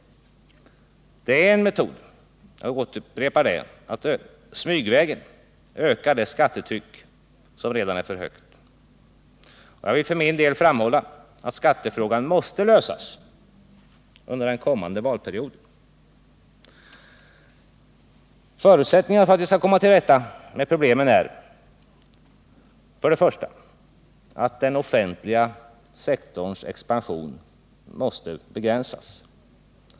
Det är en metod — jag upprepar det —- att smygvägen öka det skattetryck som redan är för högt. Jag vill för min del framhålla att skattefrågan måste lösas under den kommande valperioden. Förutsättningarna för att vi skall komma till rätta med problemen är följande. 1. Den offentliga sektorns expansion måste begränsas.